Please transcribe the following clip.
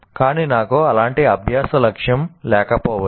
కానీ నాకు అలాంటి అభ్యాస లక్ష్యం లేకపోవచ్చు